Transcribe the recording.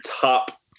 top